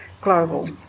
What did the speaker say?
global